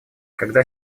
когда